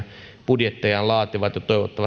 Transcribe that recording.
budjettejaan laativat toivottavasti